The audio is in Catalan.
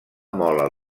mola